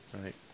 right